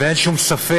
אין שום ספק